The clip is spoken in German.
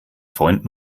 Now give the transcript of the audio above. freund